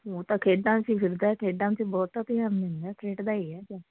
ਉਹ ਤਾਂ ਖੇਡਾਂ 'ਚ ਹੀ ਫਿਰਦਾ ਖੇਡਾਂ ਵਿੱਚ ਬਹੁਤਾ ਧਿਆਨ ਦਿੰਦਾ ਖੇਡਦਾ ਹੀ ਹੈ ਉਹ ਤਾਂ